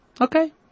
okay